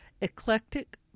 Eclectic